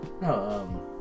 No